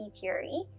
theory